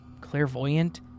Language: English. clairvoyant